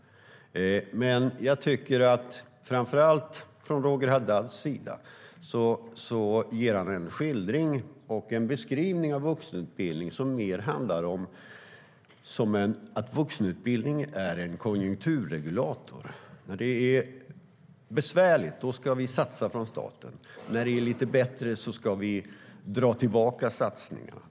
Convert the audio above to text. Men jag tycker att framför allt Roger Haddad ger en beskrivning som mer handlar om vuxenutbildningen som konjunkturregulator. När det är besvärligt ska staten satsa. När det är lite bättre ska vi dra tillbaka satsningarna.